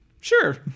Sure